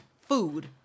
food